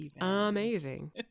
amazing